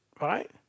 Right